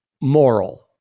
moral